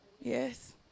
Yes